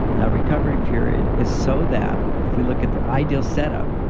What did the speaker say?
now, recovery period is so that if we look at the ideal setup,